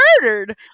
murdered